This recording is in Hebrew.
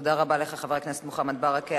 תודה רבה לך, חבר הכנסת מוחמד ברכה.